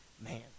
man